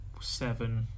seven